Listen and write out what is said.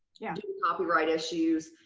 yeah, copyright issues.